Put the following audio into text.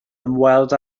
ymweld